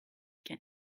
can